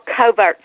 covert